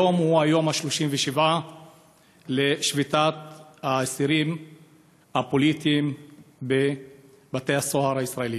היום הוא היום ה-37 לשביתת האסירים הפוליטיים בבתי-הסוהר הישראליים.